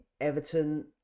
Everton